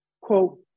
quote